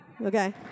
okay